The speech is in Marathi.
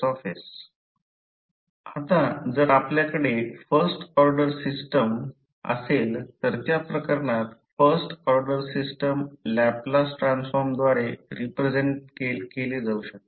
X आता जर आपल्याकडे फर्स्ट ऑर्डर सिस्टम असेल तर त्या प्रकरणात first order system Laplace transform द्वारे रिप्रेझेंट केले जाऊ शकते